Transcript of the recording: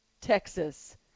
texas